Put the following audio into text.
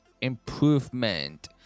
improvement